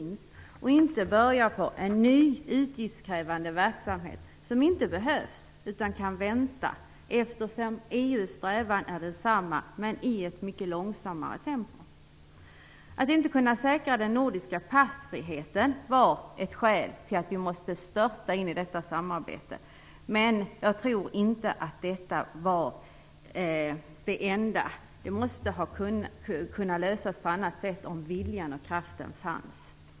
Man skall inte börja med en ny, utgiftskrävande verksamhet som inte behövs utan kan vänta. För EU:s strävan är densamma, i ett mycket långsammare tempo. Ett skäl till att vi måste störta in i detta samarbete var att vi annars inte skulle kunna säkra den nordiska passfriheten. Jag tror inte att detta var det enda sättet. Det måste ha kunnat lösas på annat sätt, om viljan och kraften hade funnits.